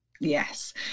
Yes